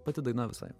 pati daina visai